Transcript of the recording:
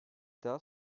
daha